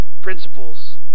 principles